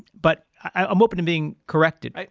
but i'm open to being corrected.